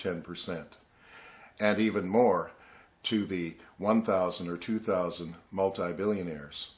ten percent and even more to the one thousand or two thousand multi billionaires